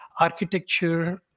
architecture